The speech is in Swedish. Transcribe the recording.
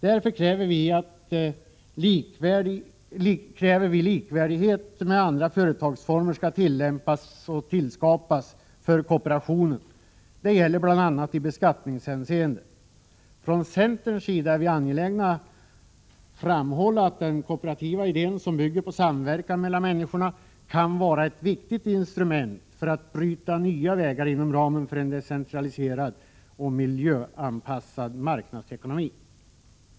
Därför kräver vi att likvärdighet med andra företagsformer skall tillskapas för kooperationen. Det gäller bl.a. i beskattningshänseende. Från centerns sida är vi angelägna att framhålla att den kooperativa idén, som bygger på samverkan mellan människorna, kan vara ett viktigt instrument för att bryta nya vägar inom ramen för en decentraliserad och miljöanpassad marknadsekonomi.